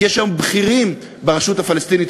כי יש היום בכירים ברשות הפלסטינית,